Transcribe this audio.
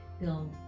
feel